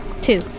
two